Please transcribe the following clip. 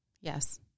Yes